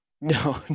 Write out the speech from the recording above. No